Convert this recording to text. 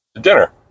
dinner